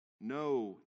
no